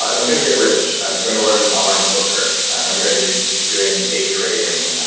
i'm going to get rich. i'm going to learn online poker. i'm going to be doing day trading.